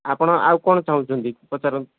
ଆପଣ ଆଉ କ'ଣ ଚାହୁଁଛନ୍ତି ପଚାରନ୍ତୁ